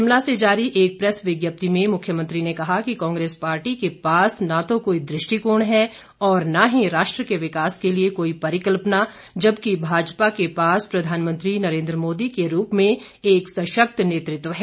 शिमला से जारी एक प्रैस विज्ञप्ति में मुख्यमंत्री ने कहा कि कांग्रेस पार्टी के पास न तो कोई दृष्टिकोण है और न ही राष्ट्र के विकास के लिए कोई परिकल्पना जबकि भाजपा के पास प्रधानमंत्री नरेन्द्र मोदी के रूप में एक सशक्त नेतृत्व है